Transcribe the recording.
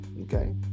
Okay